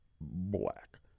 black